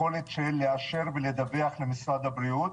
יכולת לאשר ולדווח למשרד הבריאות,